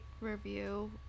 review